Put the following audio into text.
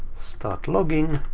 start logging.